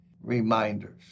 reminders